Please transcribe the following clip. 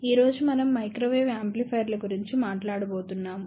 ఈ రోజు మనం మైక్రోవేవ్ యాంప్లిఫైయర్ల గురించి మాట్లాడబోతున్నాము